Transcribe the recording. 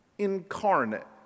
Incarnate